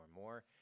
more